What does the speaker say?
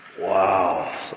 Wow